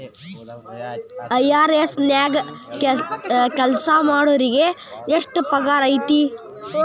IRS ನ್ಯಾಗ್ ಕೆಲ್ಸಾಮಾಡೊರಿಗೆ ಎಷ್ಟ್ ಪಗಾರ್ ಐತಿ?